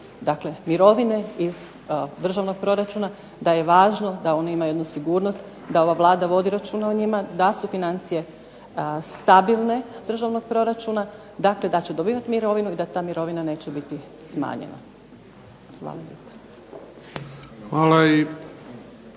dakle mirovine iz državnog proračuna da je važno da oni imaju jednu sigurnost da ova Vlada vodi računa o njima, da su financije stabilne državnog proračuna. Dakle, da će dobivati mirovinu i da ta mirovina neće biti smanjena. Hvala.